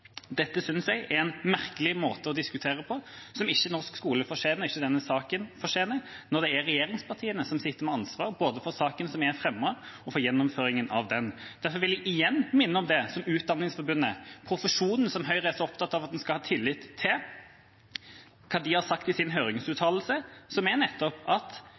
Dette synes jeg er en merkelig måte å diskutere på som ikke norsk skole fortjener, som ikke denne saken fortjener når det er regjeringspartiene som sitter med ansvar både for saken som er fremmet, og for gjennomføringen av den. Derfor vil jeg igjen minne om det som Utdanningsforbundet, profesjonen som Høyre er så opptatt av at en skal ha tillit til, har sagt i sin høringsuttalelse, som nettopp er at